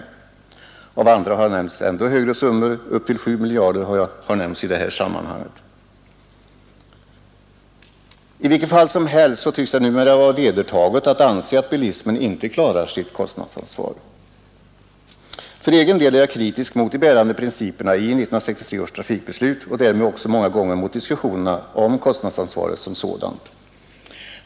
Av andra har ännu högre belopp — upp till 7 miljarder — nämnts i detta sammanhang. I vilket fall som helst tycks det nu vara vedertaget att anse att bilismen inte klarar sitt kostnadsansvar. För egen del är jag kritisk mot de bärande principerna i 1963 års trafikbeslut och därmed också många gånger mot diskussionerna om kostnadsansvaret som sådant.